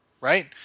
Right